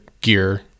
gear